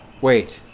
Wait